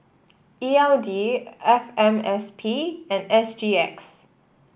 E L D F M S P and S G X